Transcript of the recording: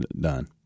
done